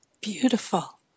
Beautiful